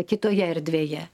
kitoje erdvėje